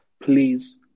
please